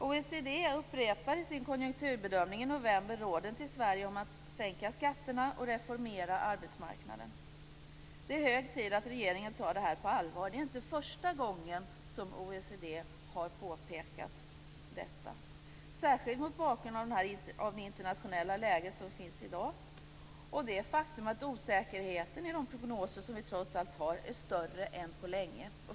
OECD upprepar i sin konjunkturbedömning i november råden till Sverige om att sänka skatterna och reformera arbetsmarknaden. Det är hög tid att regeringen tar det här på allvar. Det är inte första gången som OECD har påpekat detta. Detta är viktigt särskilt mot bakgrund av det internationella läge som råder i dag och det faktum att osäkerheten i de prognoser som vi trots allt har är större än på länge.